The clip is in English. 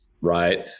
right